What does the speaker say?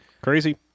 Crazy